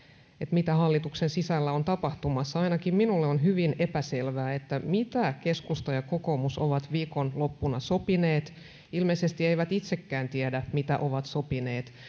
mitä hallituksen sisällä on tapahtumassa ainakin minulle on hyvin epäselvää mitä keskusta ja kokoomus ovat viikonloppuna sopineet ilmeisesti eivät itsekään tiedä mitä ovat sopineet